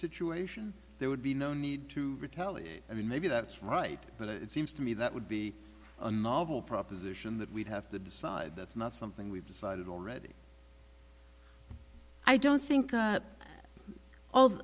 situation there would be no need to retaliate i mean maybe that's right but it seems to me that would be a novel proposition that we'd have to decide that's not something we've already i don't think